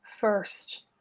first